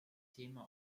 thema